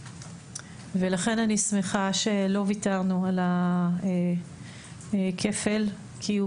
לכן אני שמחה שלא ויתרנו על כפל הקנס כי הוא